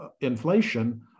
inflation